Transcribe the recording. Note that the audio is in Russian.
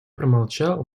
промолчал